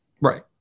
Right